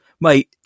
mate